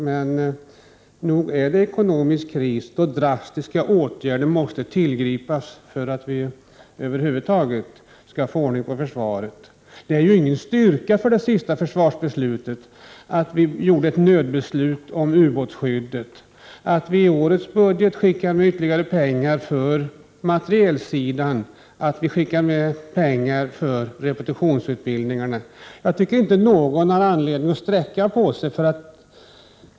Men nog är det ekonomisk kris då drastiska åtgärder måste tillgripas för att vi över huvud taget skall få ordning på försvaret. Det är ingen styrka för det senaste försvarsbeslutet att vi fattade ett nödbeslut om ubåtsskyddet, att vi i årets budget skickar med ytterligare pengar till materielsidan, att vi skickar med pengar för repetitionsutbildningarna. Jag tycker inte att någon har anledning att sträcka på sig.